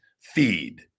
Feed